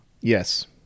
yes